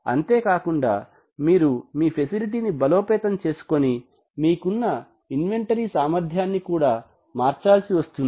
అంతేకాకుండా మీరు మీ ఫెసిలిటీ ని బలోపేతం చేసుకొని మీకున్న ఇన్వెంటరీ సామర్థ్యాన్ని మార్చాల్సి వస్తుంది